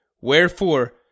Wherefore